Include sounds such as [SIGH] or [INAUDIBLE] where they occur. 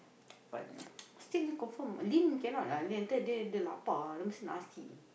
[NOISE] but [NOISE] still confirm Lin cannot ah Lin nanti dia dia lapar ah nanti dia mesti nasi